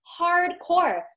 Hardcore